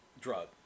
drug